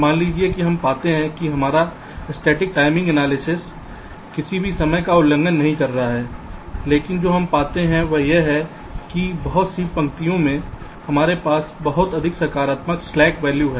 मान लीजिए कि हम पाते हैं कि हमारा स्टैटिक टाइमिंग एनालिसिस किसी भी समय का उल्लंघन नहीं कर रहा है लेकिन जो हम पाते हैं वह यह है कि बहुत सी पंक्तियों में हमारे पास बहुत अधिक सकारात्मक स्लैक वैल्यू है